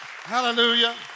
Hallelujah